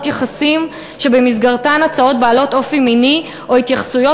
יחסים שבמסגרתן הצעות בעלות אופי מיני או התייחסויות